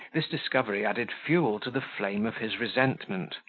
this discovery added fuel to the flame of his resentment.